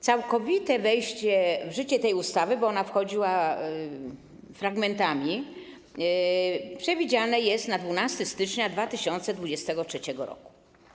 Całkowite wejście w życie tej ustawy, bo ona wchodziła fragmentami, przewidziane jest na 12 stycznia 2023 r.